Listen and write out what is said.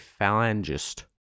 phalangist